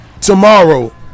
tomorrow